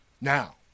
Now